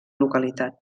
localitat